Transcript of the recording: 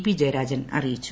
P Jayarajan അറിയിച്ചു